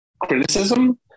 criticism